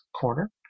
corner